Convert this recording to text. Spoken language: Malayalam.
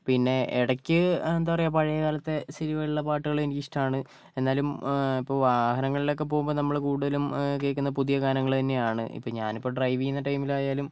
പിന്നെ ഇടക്ക് എന്താ പറയുക പഴയ കാലത്തെ സിനിമകളിലെ പാട്ടുകളും എനിക്കിഷ്ട്മാണ് എന്നാലും ഇപ്പം വാഹനങ്ങളിലൊക്കെ പോകുമ്പോൾ നമ്മൾ കൂടുതലും കേൾക്കുന്നത് പുതിയ ഗാനങ്ങൾ തന്നെയാണ് ഇപ്പം ഞാനിപ്പോൾ ഡ്രൈവ് ചെയ്യുന്ന ടൈമിലായാലും